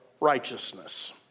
righteousness